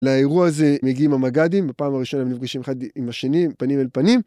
לאירוע הזה מגיעים המג"דים, בפעם הראשונה הם נפגשים אחד עם השני פנים אל פנים.